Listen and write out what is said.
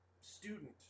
student